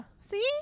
see